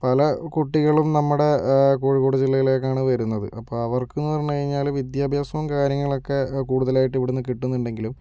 പല കുട്ടികളും നമ്മുടെ കോഴിക്കോട് ജില്ലയിലേക്കാണ് വരുന്നത് അപ്പോൾ അവർക്കെന്നു പറഞ്ഞുകഴിഞ്ഞാൽ വിദ്യാഭ്യാസവും കാര്യങ്ങളൊക്കെ കൂടുതലായിട്ട് ഇവിടുന്ന് കിട്ടുന്നുണ്ടെങ്കിലും